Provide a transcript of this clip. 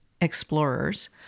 explorers